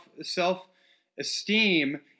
self-esteem